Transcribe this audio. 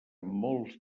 molts